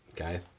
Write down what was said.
Okay